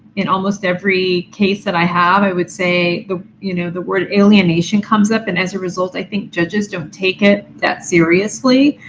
in almost every case that i have, i would say the you know the word alienation comes up and as a result, i think judges don't take it that seriously.